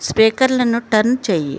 స్పీకర్లను turn చెయ్యి